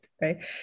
right